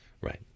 Right